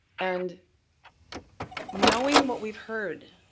and knowing what we've heard,